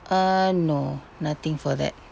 err no nothing for that